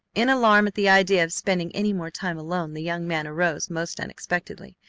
in alarm at the idea of spending any more time alone the young man arose most unexpectedly.